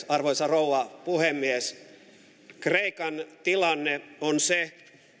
arvoisa rouva puhemies kreikan tilanne on se